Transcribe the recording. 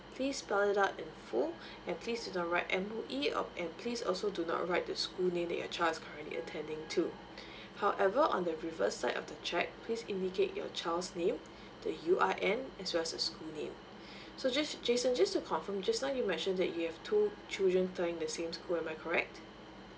please bold it up in full and please to the right M_O_E oh and please also do not write the school name that your child is currently attending to however on the revert side of the cheque please indicate your child's name the U_R_L as well as the school name so just jason just to confirm just now you mentioned that you have two children fell in the same school am I correct